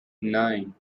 nine